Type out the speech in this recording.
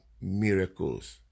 miracles